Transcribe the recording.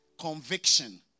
conviction